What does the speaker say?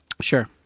Sure